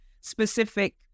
specific